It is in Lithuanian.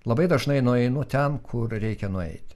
labai dažnai nueinu ten kur reikia nueiti